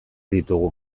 ditugu